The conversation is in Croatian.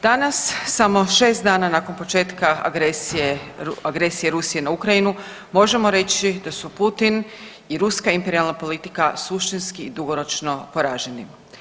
Danas samo šest dana nakon početka agresije Rusije na Ukrajinu možemo reći da su Putin i ruska imperijalna politika suštinski i dugoročno poraženi.